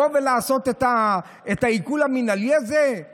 כוח מאוד מאוד גדול לבוא ולעשות את העיקול המינהלי הזה,